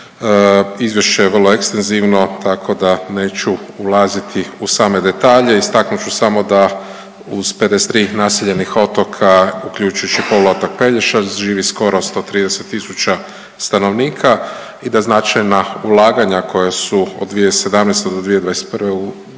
Izvješće je vrlo ekstenzivno, tako da neću ulaziti u same detalje. Istaknut ću samo da uz 53 naseljenih otoka uključujući i poluotok Pelješac živi skoro 130000 stanovnika i da značajna ulaganja koja su od 2017. do 2021. u